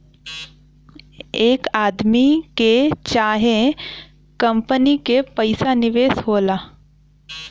एक आदमी के चाहे कंपनी के पइसा निवेश होला